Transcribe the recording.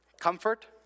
Comfort